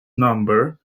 number